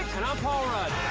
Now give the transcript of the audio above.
and i'm paul rudd.